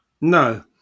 No